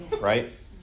right